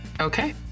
Okay